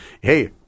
Hey